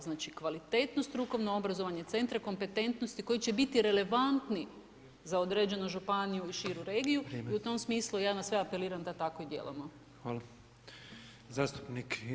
Znači kvalitetno strukovno obrazovanje, centre kompetentnosti koji će biti relevantni za određenu županiju i širu regiju i u tom smislu ja na sve apeliram da tako djelujemo.